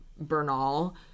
Bernal